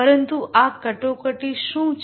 પરંતુ આ ક્રાયસીસ શું છે